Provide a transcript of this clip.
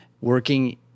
working